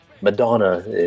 Madonna